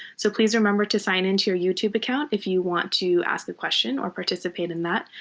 so please remember to sign into your youtube account if you want to ask a question or participate in that.